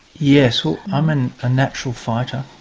yes, well i'm and a natural fighter